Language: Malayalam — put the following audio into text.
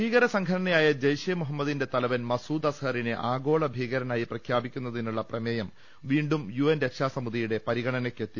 ഭീകര സംഘടനയായ ജയ്ഷെ മുഹമ്മദിന്റെ തലവൻ മസൂദ് അസ്ഹറിനെ ആഗോള ഭീകരനായി പ്രഖ്യാപിക്കുന്നതിനുള്ള പ്രമേയം വീണ്ടും യു എൻ രക്ഷാസമിതിയുടെ പരിഗണനയ്ക്കെ ത്തി